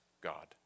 God